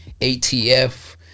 atf